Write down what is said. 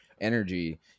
energy